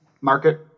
market